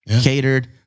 catered